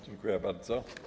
Dziękuję bardzo.